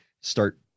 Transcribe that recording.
start